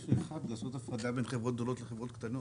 לעשות הפרדה בין חברות גדולות לחברות קטנות.